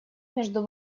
между